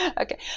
Okay